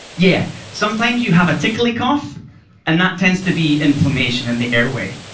yeah sometimes you have a tickly cough and that tends to be inflammation in the airway.